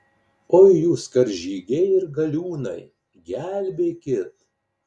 oi jūs karžygiai ir galiūnai gelbėkit